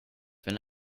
wenn